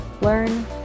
Learn